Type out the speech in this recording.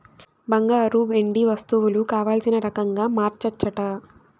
బంగారు, వెండి వస్తువులు కావల్సిన రకంగా మార్చచ్చట